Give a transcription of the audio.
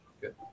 Good